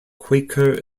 quaker